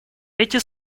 эти